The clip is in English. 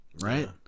right